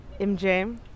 mj